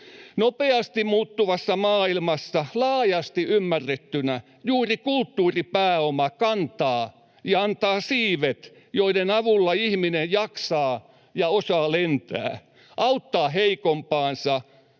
Nopeasti muuttuvassa maailmassa laajasti ymmärrettynä juuri kulttuuripääoma kantaa ja antaa siivet, joiden avulla ihminen jaksaa ja osaa lentää, auttaa heikompaansa,